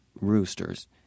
roosters